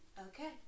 Okay